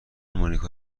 مونیکا